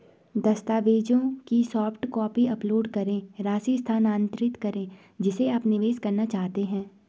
दस्तावेजों की soft copy upload करें, राशि स्थानांतरित करें जिसे आप निवेश करना चाहते हैं